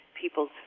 people's